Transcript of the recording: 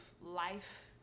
life